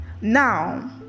Now